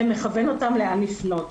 ומכוון אותם לאן לפנות.